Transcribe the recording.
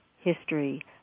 history